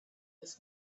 this